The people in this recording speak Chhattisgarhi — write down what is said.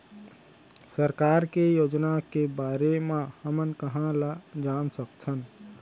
सरकार के योजना के बारे म हमन कहाँ ल जान सकथन?